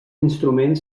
instrument